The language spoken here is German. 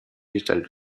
gestellt